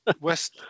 West